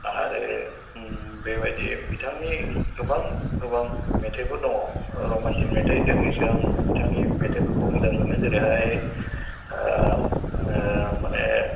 आरो बेबायदि बिथांनि गोबां गोबां मेथाइफोर दङ रमान्तिक मेथाइ दोंनैसो आं बिथांनि मेथाइफोरखौ मोजां मोनो जेरैहाय माने